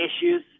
issues